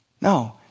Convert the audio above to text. No